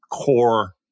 core